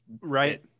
right